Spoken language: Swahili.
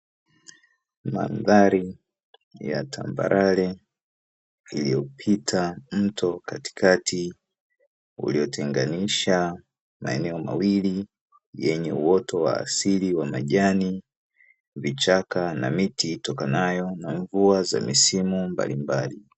Mandhari ya tambalale iliyopita mto katikati uliyotenganisha maeneo mawili yenye uoto wa asili wa majani, vichaka na miti itokanayo na mvua za msimu mbalimbali.